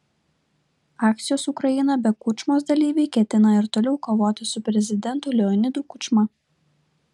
akcijos ukraina be kučmos dalyviai ketina ir toliau kovoti su prezidentu leonidu kučma